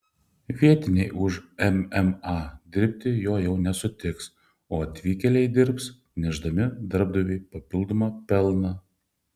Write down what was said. vietiniai už mma dirbti jo jau nesutiks o atvykėliai dirbs nešdami darbdaviui papildomą pelną